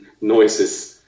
noises